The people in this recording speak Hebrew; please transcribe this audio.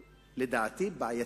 לדעתי, בעייתית.